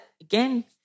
again